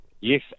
Yes